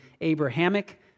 Abrahamic